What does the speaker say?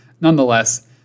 Nonetheless